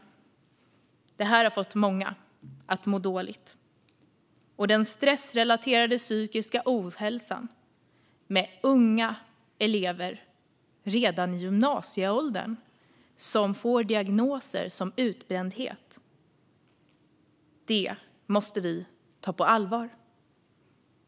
Det här har fått många att må dåligt. Den stressrelaterade psykiska ohälsan med unga elever som redan i gymnasieåldern får diagnoser som utbrändhet måste vi ta på allvar.